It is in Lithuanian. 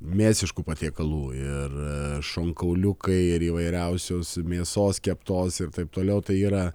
mėsiškų patiekalų ir šonkauliukai ir įvairiausios mėsos keptos ir taip toliau tai yra